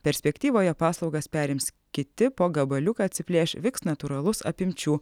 perspektyvoje paslaugas perims kiti po gabaliuką atsiplėš viks natūralus apimčių